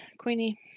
Queenie